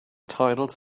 titles